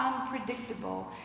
unpredictable